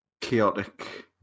chaotic